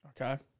Okay